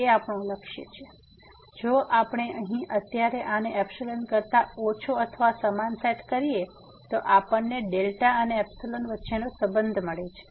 તેથી જો આપણે અહીં અત્યારે આને કરતા ઓછો અથવા સમાન સેટ કરીએ છીએ તો આપણને δ અને વચ્ચેનો સબંધ મળે છે